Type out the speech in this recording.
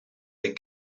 des